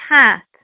path